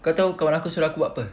kau tahu kawan aku suruh buat apa